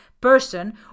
person